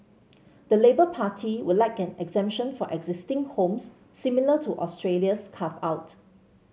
the Labour Party would like an exemption for existing homes similar to Australia's carve out